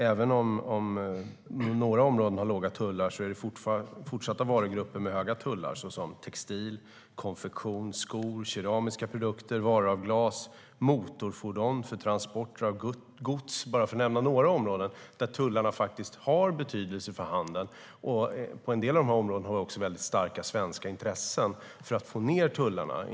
Även om några områden har låga tullar finns det nämligen varugrupper med höga tullar, såsom textil, konfektion, skor, keramiska produkter, varor av glas, motorfordon för transporter av gods - bara för att nämna några områden där tullarna faktiskt har betydelse för handeln. På en del av dessa områden har vi också väldigt starka svenska intressen för att få ned tullarna.